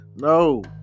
no